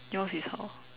yours is how